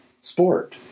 sport